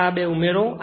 ફક્ત આ બે ઉમેરો